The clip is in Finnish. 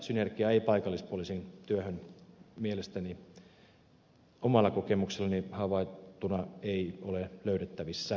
synergiaa paikallispoliisin työhön mielestäni omalla kokemuksellani havaittuna ei ole löydettävissä